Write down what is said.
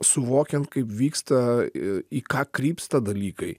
suvokiant kaip vyksta į ką krypsta dalykai